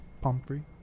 Pomfrey